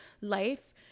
life